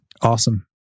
Awesome